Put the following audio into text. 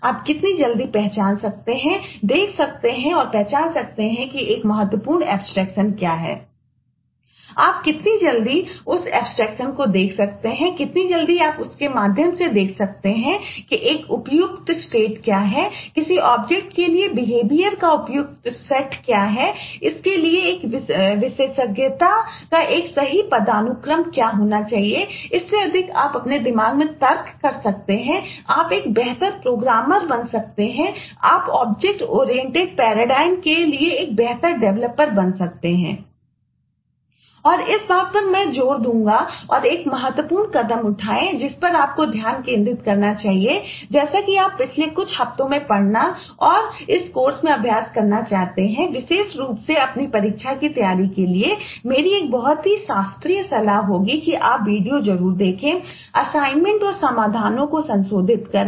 आप कितनी जल्दी उस अब्स्ट्रक्शन बन सकते हैं और इस बात पर मैं जोर दूंगा कि आप एक महत्वपूर्ण कदम उठाएं जिस पर आपको ध्यान केंद्रित करना चाहिए जैसा कि आप पिछले कुछ हफ्तों में पढ़ना और इस कोर्स पर अभ्यास करना चाहते हैं विशेष रूप से अपनी परीक्षा की तैयारी के लिए मेरी एक बहुत ही शास्त्रीय सलाह होगी कि आप वीडियो जरूर देखें असाइनमेंट और समाधान को संशोधित करें